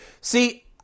See